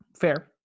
fair